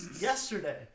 yesterday